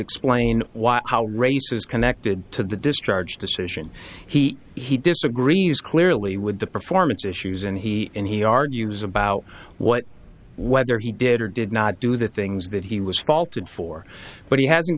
explain how race is connected to the discharge decision he he disagrees clearly with the performance issues and he and he argues about what whether he did or did not do the things that he was faulted for but he hasn't